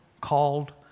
called